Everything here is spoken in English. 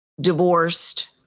divorced